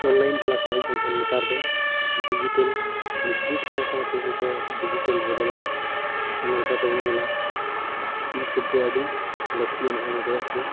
online class ᱵᱟᱝ ᱦᱩᱭᱩᱜ ᱠᱟᱱ ᱛᱟᱦᱮᱸ ᱱᱮᱛᱟᱨ ᱫᱚ ᱰᱤᱡᱤᱴᱮᱞ ᱢᱟᱱᱮ ᱡᱩᱜᱽ ᱥᱟᱶ ᱥᱟᱶᱛᱮ ᱡᱚᱛᱚ ᱰᱤᱡᱤᱴᱮᱞ ᱵᱚᱫᱚᱞᱮᱱᱟ ᱚᱱᱟ ᱞᱮᱠᱟᱛᱮᱵᱚᱱ ᱧᱮᱞᱟ ᱤ ᱥᱮᱯ ᱫᱚ ᱟ ᱰᱤ ᱞᱟ ᱠᱛᱤᱭᱟᱱᱟᱜ ᱠᱟᱱᱟ ᱪᱮᱫᱟᱜ ᱥᱮ